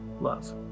love